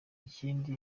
ikindi